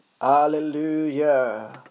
Hallelujah